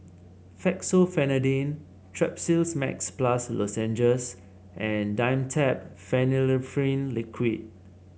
Fexofenadine Strepsils Max Plus Lozenges and Dimetapp Phenylephrine Liquid